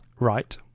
right